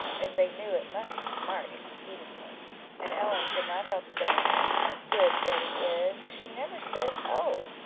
as they knew it must smart exceedingly and ellen could not help saying how good betty is! she never says oh!